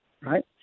Right